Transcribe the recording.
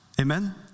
Amen